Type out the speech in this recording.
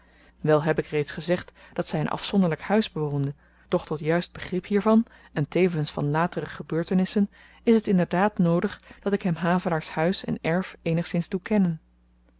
wel heb ik reeds gezegd dat zy een afzonderlyk huis bewoonde doch tot juist begrip hiervan en tevens van latere gebeurtenissen is t inderdaad noodig dat ik hem havelaars huis en erf eenigszins